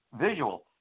visual